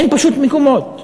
אין פשוט מקומות.